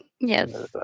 Yes